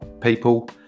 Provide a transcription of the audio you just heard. people